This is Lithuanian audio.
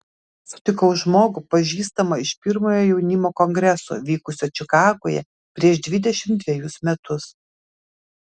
sutikau žmogų pažįstamą iš pirmojo jaunimo kongreso vykusio čikagoje prieš dvidešimt dvejus metus